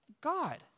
God